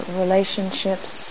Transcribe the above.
relationships